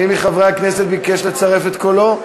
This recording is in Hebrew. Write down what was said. מי מחברי הכנסת ביקש לצרף את קולו?